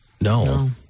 No